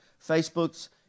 Facebook's